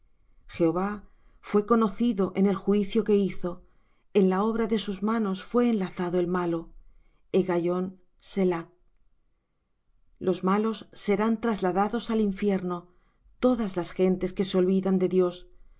jehová fué conocido en el juicio que hizo en la obra de sus manos fué enlazado el malo higaion selah los malos serán trasladados al infierno todas las gentes que se olvidan de dios